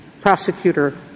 prosecutor